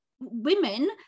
women